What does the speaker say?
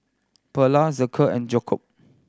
Pearla Zeke and Jakob